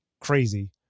crazy